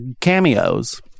cameos